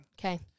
Okay